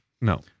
No